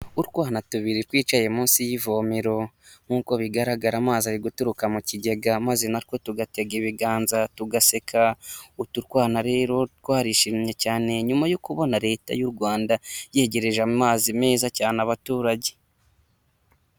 Utwana tubiri twicaye munsi y'ivomero nkuko bigaragara amazi ari guturuka mu kigega maze natwo tugatega ibiganza tugaseka, utu twana rero twarishimye cyane nyuma yo kubona leta y'u Rwanda yegereje amazi meza cyane abaturage.